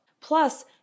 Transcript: Plus